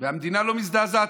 והמדינה לא מזדעזעת.